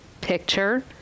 picture